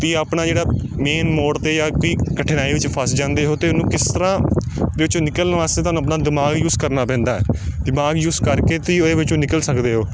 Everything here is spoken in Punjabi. ਤੁਸੀਂ ਆਪਣਾ ਜਿਹੜਾ ਮੇਨ ਮੋਡ 'ਤੇ ਜਾਂ ਕੋਈ ਕਠਿਨਾਈ ਵਿੱਚ ਫਸ ਜਾਂਦੇ ਹੋ ਤਾਂ ਉਹਨੂੰ ਕਿਸ ਤਰ੍ਹਾਂ ਵਿੱਚੋਂ ਨਿਕਲਣ ਵਾਸਤੇ ਤੁਹਾਨੂੰ ਆਪਣਾ ਦਿਮਾਗ ਯੂਜ ਕਰਨਾ ਪੈਂਦਾ ਹੈ ਦਿਮਾਗ ਯੂਜ ਕਰਕੇ ਤੁਸੀਂ ਉਹਦੇ ਵਿੱਚੋਂ ਨਿਕਲ ਸਕਦੇ ਹੋ